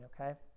okay